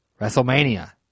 WrestleMania